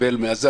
שקיבל מהזה,